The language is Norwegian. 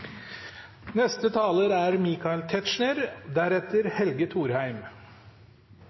Neste taler er